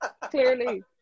Clearly